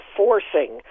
forcing